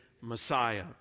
Messiah